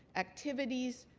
activities,